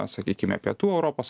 sakykime pietų europos